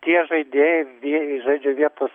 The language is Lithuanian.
tie žaidėjai vie žaidžia vietos